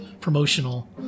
promotional